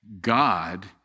God